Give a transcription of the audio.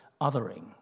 othering